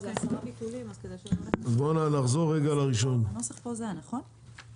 יש פה עשרה ביטולים -- הנוסח פה זה נוסח נכון?